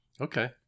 Okay